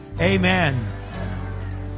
Amen